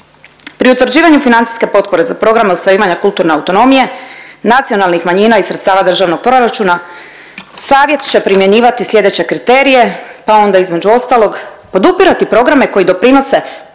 pri utvrđivanju financijske potpore za program ostvarivanja kulturne autonomije nacionalnih manjina iz sredstava državnog proračuna, savjet će primjenjivati slijedeće kriterije. Pa onda između ostalog, podupirati programe koji doprinose